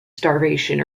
starvation